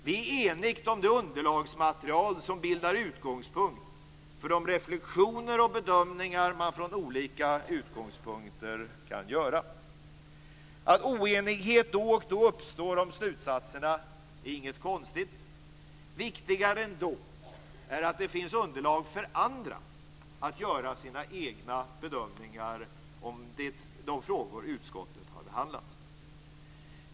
Vi är eniga om underlagsmaterialet för de reflexioner och bedömningar som man kan göra från olika utgångspunkter. Att oenighet då och då uppstår om slutsatserna är inget konstigt. Det är ändå viktigare att det finns underlag för andra att göra sina egna bedömningar om de frågor som utskottet har behandlat.